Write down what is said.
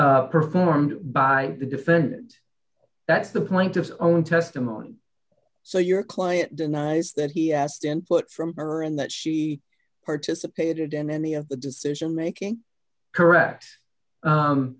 performed by the defendant that's the point of own testimony so your client denies that he asked input from her and that she participated in many of the decision making correct